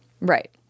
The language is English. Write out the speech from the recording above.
Right